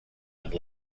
and